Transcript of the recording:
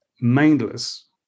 mindless